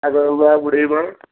அது உங்களால் முடியுமா